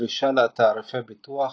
ודרישה לתעריפי ביטוח,